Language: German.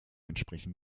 entsprechen